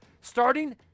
starting